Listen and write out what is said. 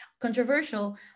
controversial